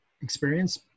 experience